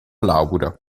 laura